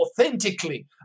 authentically